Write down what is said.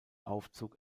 aufzug